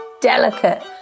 delicate